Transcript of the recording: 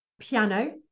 Piano